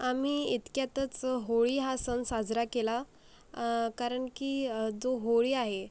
आम्ही इतक्यातच होळी हा सण साजरा केला कारण की जो होळी आहे